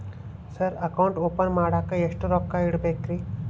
Sir account open ಮಾಡಾಕ ಎಷ್ಟು ರೊಕ್ಕ ಇಡಬೇಕ್ರಿ?